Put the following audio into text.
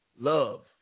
love